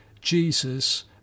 Jesus